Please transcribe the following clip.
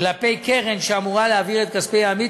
כלפי קרן שאמורה להעביר את כספי העמית